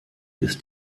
ist